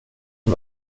det